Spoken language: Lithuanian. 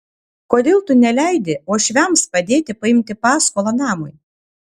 kodėl tu neleidi uošviams padėti paimti paskolą namui